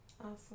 Awesome